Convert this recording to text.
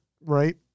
Right